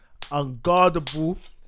unguardable